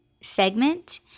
segment